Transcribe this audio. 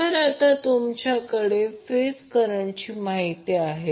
तर आता तुमच्याकडे फेज करंटची माहिती आहे